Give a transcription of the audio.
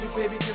baby